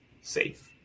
safe